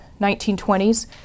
1920s